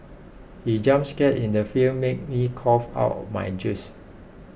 he jump scare in the film made me cough out my juice